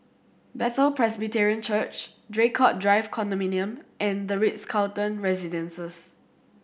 Bethel Presbyterian Church Draycott Drive Condominium and The Ritz Carlton Residences